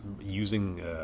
using